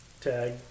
tag